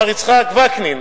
מר יצחק וקנין,